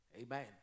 Amen